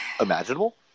imaginable